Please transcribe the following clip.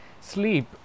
Sleep